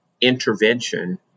intervention